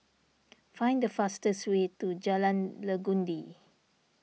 find the fastest way to Jalan Legundi